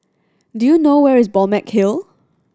do you know where is Balmeg Hill